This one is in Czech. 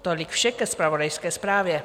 Tolik vše ke zpravodajské zprávě.